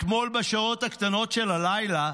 אתמול בשעות הקטנות של הלילה,